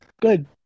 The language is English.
Good